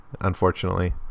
unfortunately